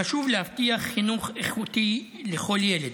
חשוב להבטיח חינוך איכותי לכל ילד.